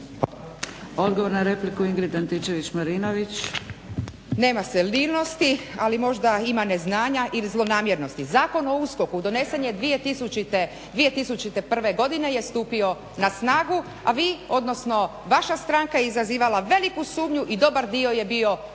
Marinović, Ingrid (SDP)** Nema senilnosti, ali možda ima neznanja ili zlonamjernosti. Zakon o USKOK-u donesen je 2000., a 2001. godine je stupio na snagu, a vi, odnosno vaša stranka je izazivala veliku sumnju i dobar dio je bio